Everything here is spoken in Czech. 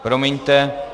Promiňte.